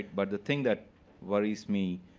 but the thing that worries me,